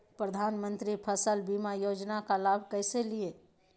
प्रधानमंत्री फसल बीमा योजना का लाभ कैसे लिये?